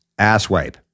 asswipe